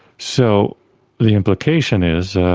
so the implication is